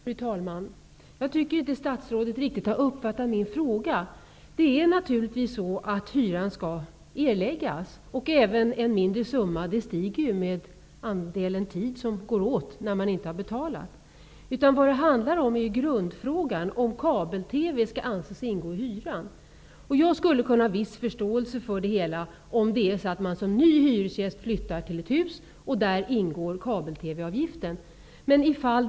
Fru talman! Det verkar som om statsrådet inte uppfattat min fråga riktigt. Naturligtvis skall hyran, och den mindre summa som hyran stigit med, erläggas -- summan stiger ju i takt med den tid under vilken man inte betalar. Men det handlar om grundfrågan, nämligen huruvida kabel-TV skall anses ingå i hyran. Jag har viss förståelse för problemet om man som ny hyresgäst flyttar till ett hus där kabel-TV-avgiften redan ingår.